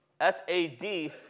S-A-D